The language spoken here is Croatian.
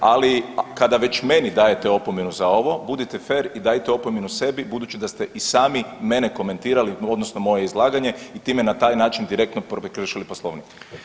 Ali kada već meni dajete opomenu za ovo budite fer i dajte opomenu sebi budući da ste i sami mene komentirali, odnosno moje izlaganje i time na taj način direktno prekršili Poslovnik.